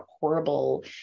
horrible